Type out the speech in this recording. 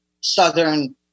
Southern